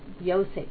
Yosef